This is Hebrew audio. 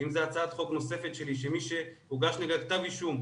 אם זה הצעת חוק נוספת שלי שמי שהוגש נגדה כתב אישום,